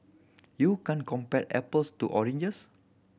you can't compare apples to oranges